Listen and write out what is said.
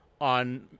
on